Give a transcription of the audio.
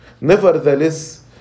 Nevertheless